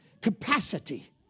capacity